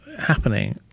happening